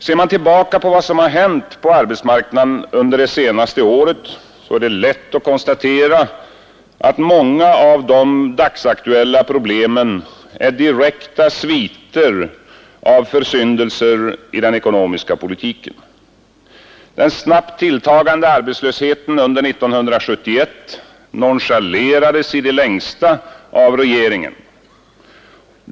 Ser man tillbaka på vad som har hänt på arbetsmarknaden under det senaste året, är det lätt att konstatera att många av de dagsaktuella problemen är direkta sviter av försyndelser i den ekonomiska politiken. Den snabbt tilltagande arbetslösheten under 1971 nonchalerades i det längsta av regeringen.